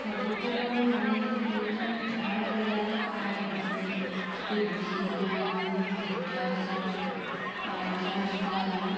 చదువుకోవడం అనేది జీవితంలో చాలా విధాలుగా సహాయపడుతుంది బుద్ది జ్ఞానం విద్యా సంస్కృతి సంస్కారం